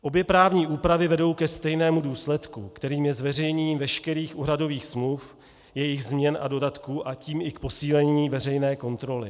Obě právní úpravy vedou ke stejnému důsledku, kterým je zveřejnění veškerých úhradových smluv, jejich změn a dodatků, a tím i k posílení veřejné kontroly.